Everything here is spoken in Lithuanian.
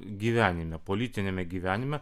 gyvenime politiniame gyvenime